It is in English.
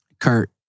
Kurt